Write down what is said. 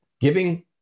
giving